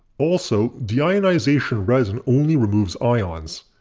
also, deionization resin only removes ions,